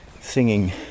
singing